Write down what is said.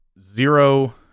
zero